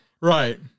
right